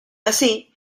así